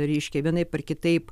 ryškiai vienaip ar kitaip